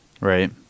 right